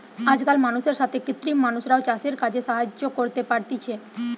আজকাল মানুষের সাথে কৃত্রিম মানুষরাও চাষের কাজে সাহায্য করতে পারতিছে